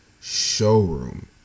showroom